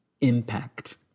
Impact